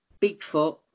Bigfoot